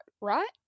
right